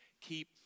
Keep